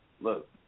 look